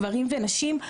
גברים ונשים.